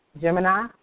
Gemini